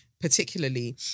particularly